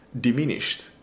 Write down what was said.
diminished